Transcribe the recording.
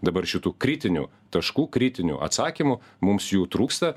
dabar šitų kritinių taškų kritinių atsakymų mums jų trūksta